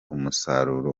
umusaruro